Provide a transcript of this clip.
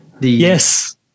Yes